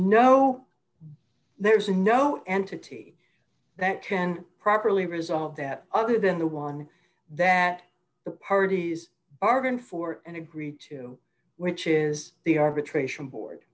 no there's no entity that can properly resolve that other than the one that the parties bargained for and agreed to which is the arbitration board